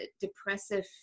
depressive